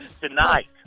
Tonight